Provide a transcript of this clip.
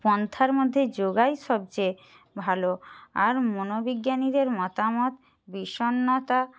পন্থার মধ্যে যোগাই সবচেয়ে ভালো আর মনোবিজ্ঞানীদের মতামত বিষন্নতা